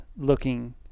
looking